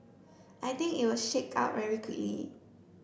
I think it will shake out very quickly